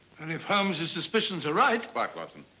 and if holmes' suspicions are right? quiet, watson.